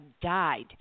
died